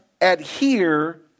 adhere